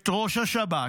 את ראש השב"כ,